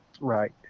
Right